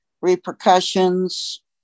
repercussions